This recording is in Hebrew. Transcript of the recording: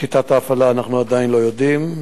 את שיטת ההפעלה אנחנו עדיין לא יודעים.